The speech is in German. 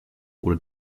oder